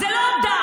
זה לא דם,